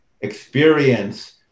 experience